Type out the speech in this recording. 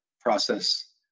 process